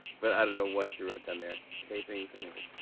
but i don't know what she wrote down there. tapings? anyways.